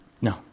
No